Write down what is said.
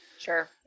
Sure